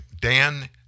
Dan